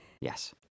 Yes